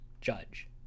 judge